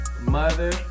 mother